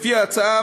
לפי ההצעה,